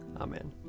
Amen